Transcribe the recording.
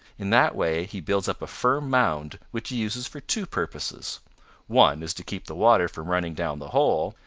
in that way he builds up a firm mound which he uses for two purposes one is to keep the water from running down the hole,